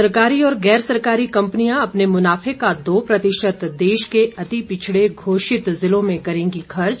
सरकारी और गैर सरकारी कम्पनियां अपने मुनाफे का दो प्रतिशत देश के अति पिछड़े घोषित जिलों में करेगी खर्च